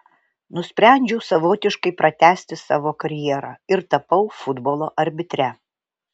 nusprendžiau savotiškai pratęsti savo karjerą ir tapau futbolo arbitre